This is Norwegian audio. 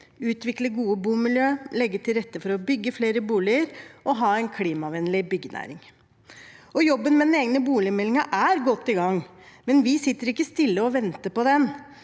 utvikle gode bomiljø, legge til rette for å bygge flere boliger og ha en klimavennlig byggenæring. Jobben med boligmeldingen er godt i gang, men vi sitter ikke stille og venter på den.